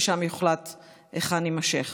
ושם יוחלט היכן יימשך.